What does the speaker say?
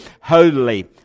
holy